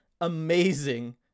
amazing